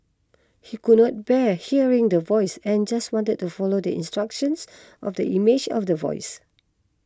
he could not bear hearing the Voice and just wanted to follow the instructions of the image of the voice